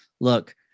look